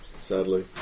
Sadly